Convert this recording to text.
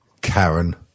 Karen